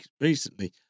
recently